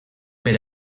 per